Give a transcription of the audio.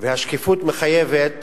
והשקיפות מחייבת